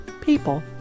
people